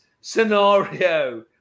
scenario